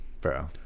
bro